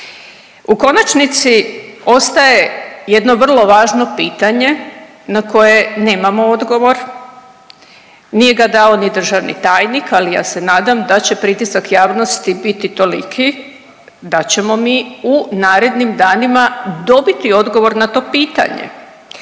U konačnici ostaje jedno vrlo važno pitanje na koje nemamo odgovor, nije ga dao ni državni tajnik, ali ja se nadam da će pritisak javnosti biti toliki da ćemo mi u narednim danima dobiti odgovor na to pitanje.